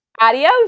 Adios